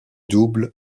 double